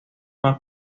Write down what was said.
más